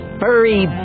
furry